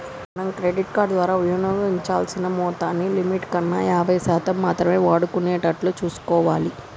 మనం credit card ద్వారా వినియోగించాల్సిన మొత్తాన్ని లిమిట్ కన్నా యాభై శాతం మాత్రమే వాడుకునేటట్లు చూసుకోవాలి